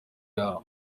yawe